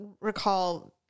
recall